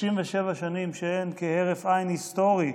37 שנים, שהן כהרף עין היסטורי,